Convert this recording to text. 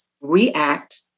react